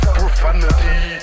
profanity